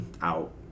out